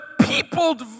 peopled